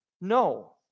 no